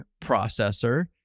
processor